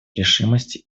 решимости